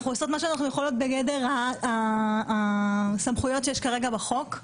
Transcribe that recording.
אנחנו עושות מה שאנחנו יכולות בגדר הסמכויות שיש כרגע בחוק,